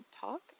talk